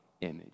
image